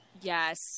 Yes